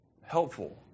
helpful